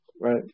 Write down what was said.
Right